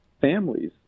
families